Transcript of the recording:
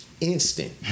Instant